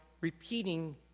repeating